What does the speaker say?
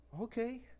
Okay